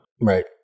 Right